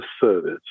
service